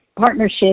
partnership